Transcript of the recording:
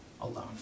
alone